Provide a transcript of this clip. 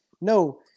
No